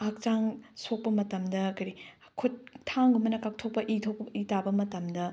ꯍꯛꯆꯥꯡ ꯁꯣꯛꯄ ꯃꯇꯝꯗ ꯀꯔꯤ ꯈꯨꯠ ꯊꯥꯡꯒꯨꯝꯕꯅ ꯀꯛꯊꯣꯛꯄ ꯏ ꯊꯣꯛꯄ ꯇ ꯇꯥꯕ ꯃꯇꯝꯗ